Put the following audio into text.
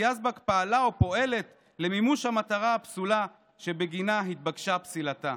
יזבק פעלה או פועלת למימוש המטרה הפסולה שבגינה התבקשה פסילתה".